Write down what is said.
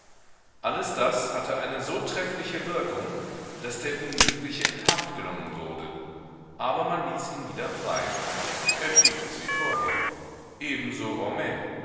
alles das hatte eine so treffliche wirkung daß der unglückliche in haft genommen wurde aber man ließ ihn wieder frei er trieb es wie vorher ebenso